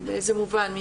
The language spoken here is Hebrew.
זה מובן.